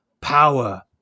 power